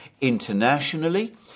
internationally